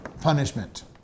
punishment